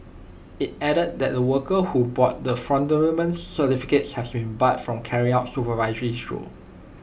IT added that the workers who bought the fraudulent certificates has been barred from carrying out supervisory roles